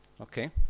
Okay